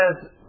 says